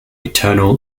eternal